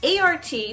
ART